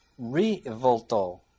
revolto